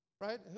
Right